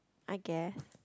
I guess